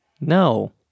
No